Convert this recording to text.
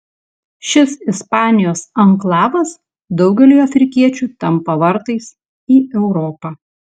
šis ispanijos anklavas daugeliui afrikiečių tampa vartais į europą